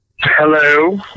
hello